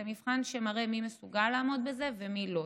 זה מבחן שמראה מי מסוגל לעמוד בזה ומי לא.